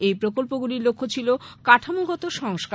এই প্রকল্পগুলির লক্ষ্য ছিল কাঠামোগত সংস্কার